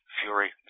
fury